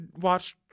watch